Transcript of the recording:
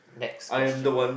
next question